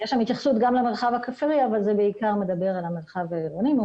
יש שם התייחסות גם למרחב הכפרי אבל זה בעיקר מדבר על המרחב העירוני.